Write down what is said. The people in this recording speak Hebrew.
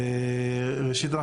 ראשית,